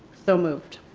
so moved.